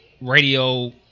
radio